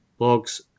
blogs